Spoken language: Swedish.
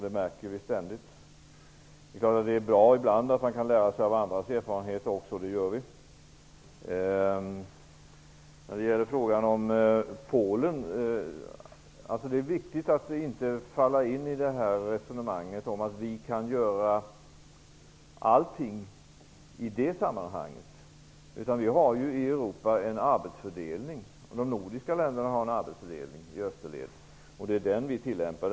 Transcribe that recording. Det märker vi ständigt. Ibland är det klart att man kan lära sig av andras erfarenheter också, och det gör vi. När det gäller frågan om Polen är det viktigt att inte falla in i resonemanget om att vi kan göra allting i det sammanhanget. Vi har en arbetsfördelning i Europa. De nordiska länderna har en arbetsfördelning i österled, och det är den som vi tillämpar.